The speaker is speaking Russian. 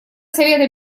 совета